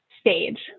stage